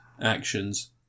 actions